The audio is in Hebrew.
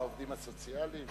העובדים הסוציאליים?